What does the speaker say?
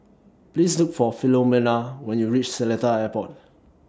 Please Look For Filomena when YOU REACH Seletar Airport